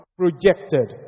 projected